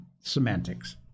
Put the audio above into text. semantics